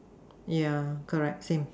yeah correct same